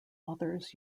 authors